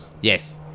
Yes